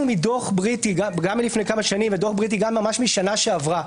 מדוח בריטי גם לפני כמה שנים וגם ממש משנה שעברה,